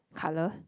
colour